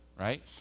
Right